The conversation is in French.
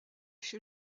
chez